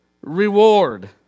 reward